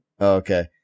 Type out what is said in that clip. Okay